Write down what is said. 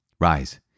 Rise